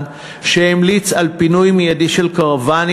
שהמליץ על פינוי מיידי של קרוונים